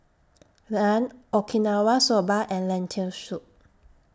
Naan Okinawa Soba and Lentil Soup